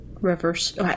reverse